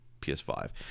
ps5